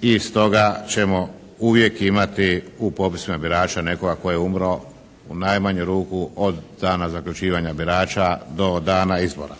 i stoga ćemo uvijek imati u popisima birača nekoga tko je umro u najmanju ruku od dana zaključivanja birača do dana izbora.